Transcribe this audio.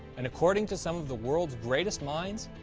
and according to some of the world's greatest minds,